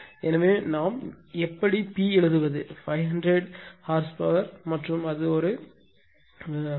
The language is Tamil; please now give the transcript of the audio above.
எனவே நாம் எப்படி P எழுதுவது 500 குதிரைத்திறன் மற்றும் அது ஒரு குதிரை திறன் 0